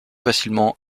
facilement